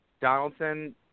Donaldson